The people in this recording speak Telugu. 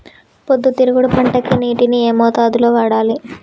పొద్దుతిరుగుడు పంటకి నీటిని ఏ మోతాదు లో వాడాలి?